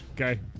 okay